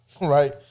right